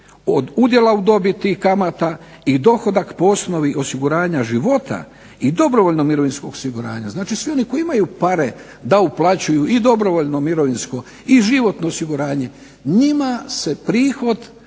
od udjela u dobiti kamata i dohodak po osnovi osiguranja života i dobrovoljnog mirovinskog osiguranja, znači svi oni koji imaju pare da uplaćuju i dobrovoljno mirovinsko i životno osiguranje njima se prihod,